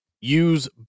use